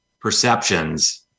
perceptions